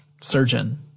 Surgeon